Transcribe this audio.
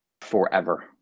Forever